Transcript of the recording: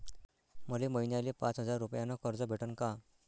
मले महिन्याले पाच हजार रुपयानं कर्ज भेटन का?